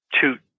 two